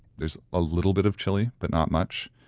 there's a little bit of chili but not much,